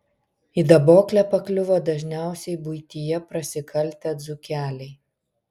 į daboklę pakliuvo dažniausiai buityje prasikaltę dzūkeliai